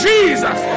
Jesus